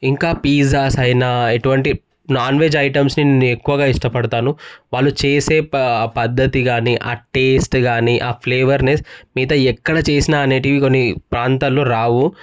ఇంకా పిజ్జాస్ అయినా ఎటువంటి నాన్ వెజ్ ఐటమ్స్ని నేను ఎక్కువగా ఇష్టపడతాను వాళ్ళు చేసే ఆ పద్ధతి గానీ ఆ టేస్ట్ గానీ ఆ ఫ్లేవర్ మిగతా ఎక్కడ చేసినా నేటికీ కొన్ని ప్రాంతాల్లో రావు